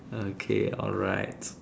okay alright